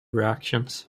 reactions